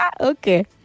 okay